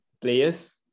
players